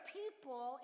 people